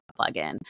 plugin